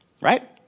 Right